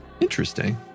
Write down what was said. Interesting